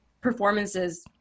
performances